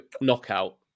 knockout